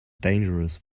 dangerous